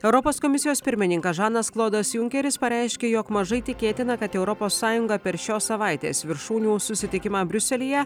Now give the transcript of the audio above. europos komisijos pirmininkas žanas klodas junkeris pareiškė jog mažai tikėtina kad europos sąjunga per šios savaitės viršūnių susitikimą briuselyje